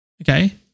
okay